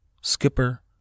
Skipper